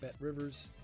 BetRivers